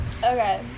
okay